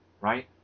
right